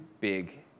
big